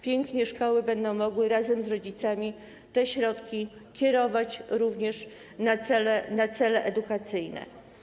Pięknie szkoły będą mogły razem z rodzicami te środki kierować również na cele edukacyjne.